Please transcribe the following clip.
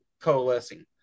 coalescing